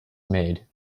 made